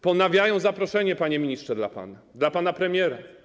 Ponawiają oni zaproszenie, panie ministrze, dla pana, dla pana premiera.